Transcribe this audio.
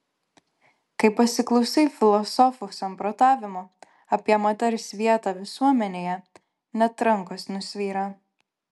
kai pasiklausai filosofų samprotavimų apie moters vietą visuomenėje net rankos nusvyra